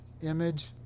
image